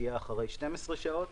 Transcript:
תהיה אחרי 12 שעות.